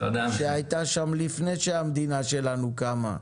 שהייתה שם לפני שהמדינה שלנו קמה.